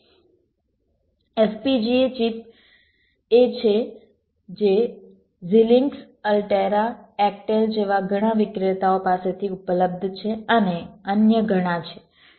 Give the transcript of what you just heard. FPGA chip એ છે જે ઝિલિંક્ષ અલ્ટેરા એક્ટેલ જેવા ઘણા વિક્રેતાઓ પાસેથી ઉપલબ્ધ છે અને અન્ય ઘણા છે